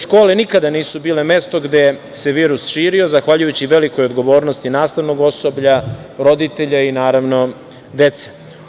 Škole nikada nisu bile mesto gde se virus širio, zahvaljujući velikoj odgovornosti nastavnog osoblja, roditelja i naravno dece.